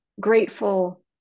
grateful